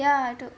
ya I took